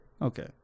Okay